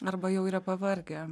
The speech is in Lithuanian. arba jau yra pavargę